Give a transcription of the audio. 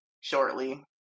shortly